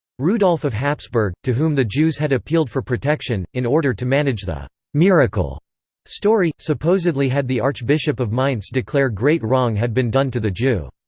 rudolph of hapsburg, to whom the jews had appealed for protection, in order to manage the miracle story, supposedly had the archbishop of mainz declare great wrong had been done to the jew.